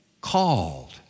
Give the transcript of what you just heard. Called